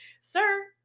Sir